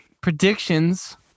predictions